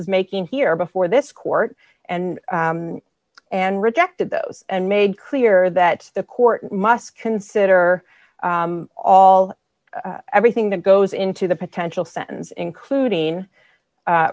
is making here before this court and and rejected those and made clear that the court must consider all everything that goes into the potential sentence including